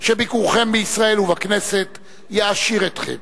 שביקורכם בישראל ובכנסת יעשיר אתכם